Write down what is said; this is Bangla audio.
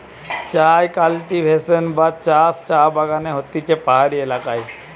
চায় কাল্টিভেশন বা চাষ চা বাগানে হতিছে পাহাড়ি এলাকায়